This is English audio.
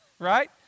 right